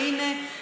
והינה,